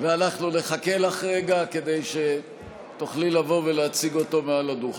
ואנחנו נחכה לך רגע כדי שתוכלי לבוא ולהציג אותו מעל הדוכן.